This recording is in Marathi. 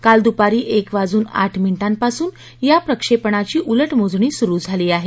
काल दूपारी एक वाजून आठ मिनिटांपासून या प्रक्षेपणाची उलटमोजणी सुरु झाली आहे